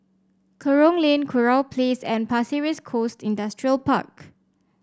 Kerong Lane Kurau Place and Pasir Ris Coast Industrial Park